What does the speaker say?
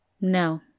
No